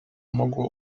mogło